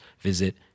visit